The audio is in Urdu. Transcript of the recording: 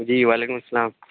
جی وعلیکم السلام